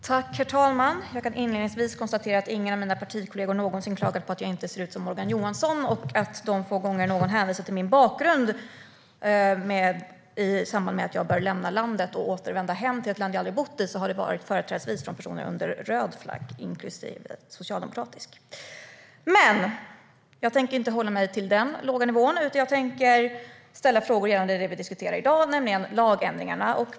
Herr talman! Jag kan inledningsvis konstatera att ingen av mina partikollegor någonsin har klagat på att jag inte ser ut som Morgan Johansson. De få gånger någon har hänvisat till min bakgrund och sagt att jag bör lämna Sverige för att återvända till ett land jag aldrig har bott i har det företrädesvis varit personer under röd flagg, inklusive socialdemokratisk. Jag tänker dock inte hålla mig på den låga nivån, utan jag tänker ställa frågor gällande det vi diskuterar i dag, nämligen lagändringarna.